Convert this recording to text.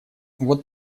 вот